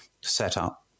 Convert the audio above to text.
setup